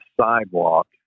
sidewalk